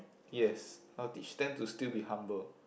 yes I'll teach them to still be humble